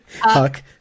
Huck